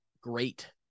great